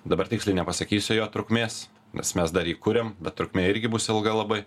dabar tiksliai nepasakysiu jo trukmės nes mes dar jį kuriam bet trukmė irgi bus ilga labai